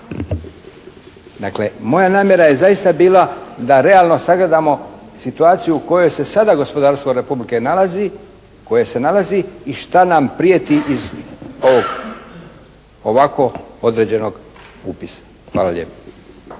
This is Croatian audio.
Dakle moja namjera je zaista bila da realno sagledamo situaciji u kojoj se sada gospodarstvo republike nalazi, koje se nalazi i šta nam prijeti iz ovog ovako određenog upisa. Hvala lijepo.